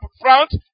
front